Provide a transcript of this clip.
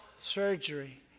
surgery